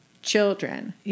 Children